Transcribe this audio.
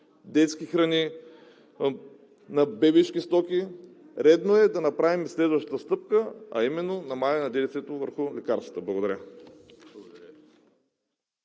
детски храни, на бебешки стоки, редно е да направим и следващата стъпка, а именно намаляване на ДДС-то върху лекарствата. Благодаря.